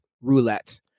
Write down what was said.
roulette